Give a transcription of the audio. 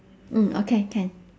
mm okay can